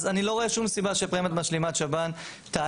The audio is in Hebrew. אז אני לא רואה שום סיבה שפרמיה משלימת שב"ן תעלה.